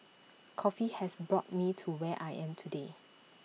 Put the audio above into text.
coffee has brought me to where I am today